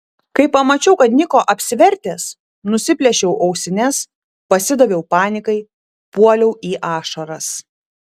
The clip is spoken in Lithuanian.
kai pamačiau kad niko apsivertęs nusiplėšiau ausines pasidaviau panikai puoliau į ašaras